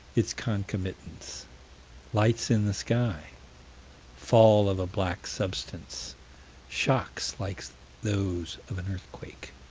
its concomitants lights in the sky fall of a black substance shocks like those of an earthquake.